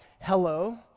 hello